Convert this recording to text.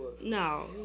No